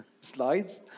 slides